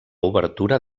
obertura